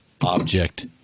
object